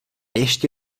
ještě